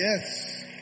Yes